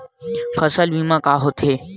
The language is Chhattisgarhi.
फसल बीमा का होथे?